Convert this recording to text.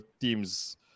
team's